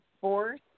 fourth